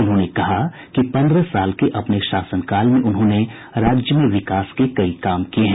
उन्होंने कहा कि पंद्रह साल के अपने शासनकाल में उन्होंने राज्य में विकास के कई काम किए हैं